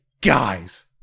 guys